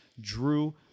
Drew